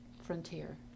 frontier